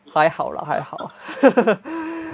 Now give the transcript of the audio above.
还好 lah 还好